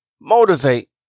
motivate